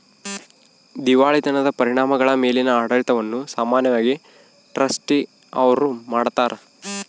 ದಿವಾಳಿತನದ ಪ್ರಕರಣಗಳ ಮೇಲಿನ ಆಡಳಿತವನ್ನು ಸಾಮಾನ್ಯವಾಗಿ ಟ್ರಸ್ಟಿ ಅವ್ರು ಮಾಡ್ತಾರ